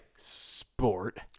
sport